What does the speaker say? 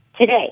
today